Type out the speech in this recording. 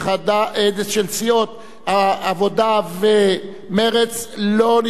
העבודה ומרצ לא התקבלה וירדה מסדר-היום,